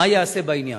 מה ייעשה בעניין?